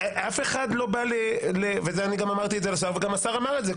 אני גם אמרתי את זה לשר וגם השר אמר את זה.